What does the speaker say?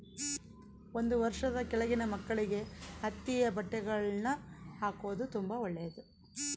ಒಂದು ವರ್ಷದ ಕೆಳಗಿನ ಮಕ್ಕಳಿಗೆ ಹತ್ತಿಯ ಬಟ್ಟೆಗಳ್ನ ಹಾಕೊದು ತುಂಬಾ ಒಳ್ಳೆದು